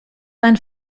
sein